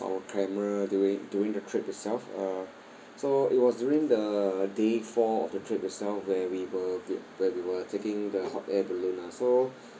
our camera during during the trip itself uh so it was during the day four the trip itself where we were where we were taking the hot air balloon lah so